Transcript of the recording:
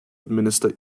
administer